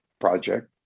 project